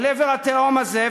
אל עבר התהום הזאת.